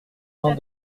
vingt